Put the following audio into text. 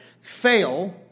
fail